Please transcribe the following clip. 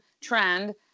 trend